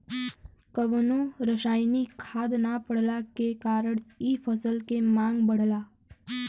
कवनो रासायनिक खाद ना पड़ला के कारण इ फसल के मांग बढ़ला